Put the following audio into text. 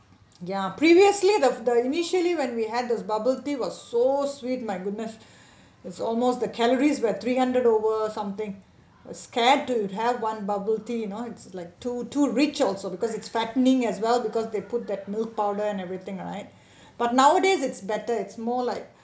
ya previously the the initially when we had those bubble tea was so sweet my goodness it's almost the calories where three hundred over something was scared to have one bubble tea you know like too too rich also because it's fattening as well because they put that milk powder and everything right but nowadays it's better it's more like